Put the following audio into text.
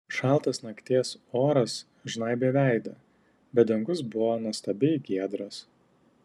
šaltas nakties oras žnaibė veidą bet dangus buvo nuostabiai giedras